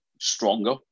stronger